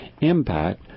impact